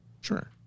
sure